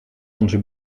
onze